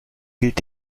gilt